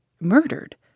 Murdered